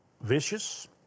vicious